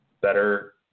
Better